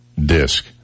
disc